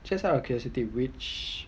just how out of curiosity which